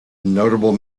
notable